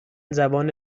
زبان